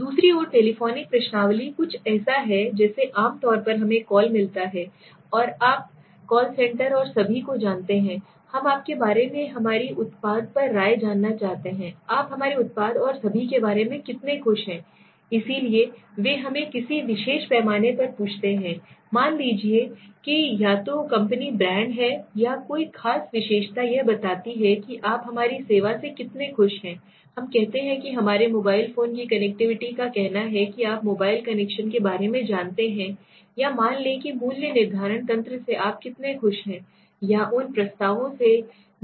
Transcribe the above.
दूसरी ओर टेलिफोनिक प्रश्नावली कुछ ऐसा है जैसे आम तौर पर हमें कॉल मिलता है आप कॉल सेंटर और सभी को जानते हैं हम आपके बारे में हमारी उत्पाद पर राय जानना चाहते हैं आप हमारे उत्पाद और सभी के बारे में कितने खुश हैं इसलिए वे हमें किसी विशेष पैमाने पर पूछते हैं मान लीजिए कि या तो कंपनी ब्रांड है या कोई खास विशेषता यह बताती है कि आप हमारी सेवा से कितने खुश हैं हम कहते हैं कि हमारे मोबाइल फोन की कनेक्टिविटी का कहना है कि आप मोबाइल कनेक्शन के बारे में जानते हैं या मान लें कि मूल्य निर्धारण तंत्र से आप कितने खुश हैं या उन प्रस्तावों से जो हम प्रदान करते हैं